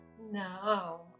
No